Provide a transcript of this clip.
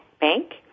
bank